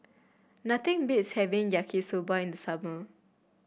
nothing beats having Yaki Soba in the summer